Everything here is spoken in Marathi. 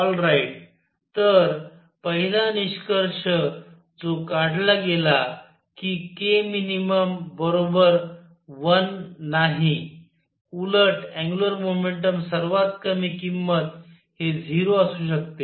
ऑल राईट तर पहिला निष्कर्ष जो काढला गेला कि k मिनिमम 1 नाही उलट अँग्युलर मोमेंटम सर्वात कमी किंमत हे 0 असू शकते